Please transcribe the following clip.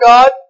God